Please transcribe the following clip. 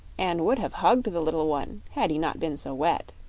and would have hugged the little one had he not been so wet.